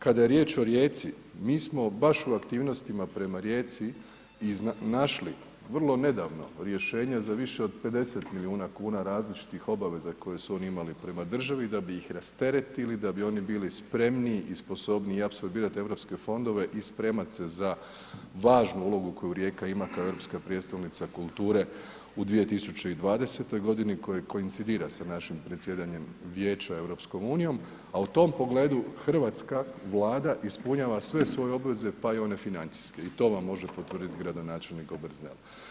Kada je riječ o Rijeci, mi smo baš u aktivnostima prema Rijeci, našli vrlo nedavno, rješenje za više od 50 milijuna kuna, različiti obaveza koje su one imali prema državi, da bi ih rasteretili, da bi oni bili spremniji i sposobniji i apsorbirati europske fondove i spremati se za važnu ulogu koju Rijeka ima kao europska prijestolnica kulture, u 2020. g. koja indicira sa našim predsjedanjem vijeća EU, a u tom pogledu, hrvatska Vlada ispunjava sve svoje obveze pa i one financijske, i to vam može potvrditi gradonačelnik Obersnel.